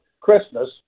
Christmas